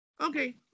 Okay